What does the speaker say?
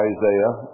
Isaiah